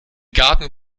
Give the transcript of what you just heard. garten